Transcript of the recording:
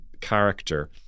character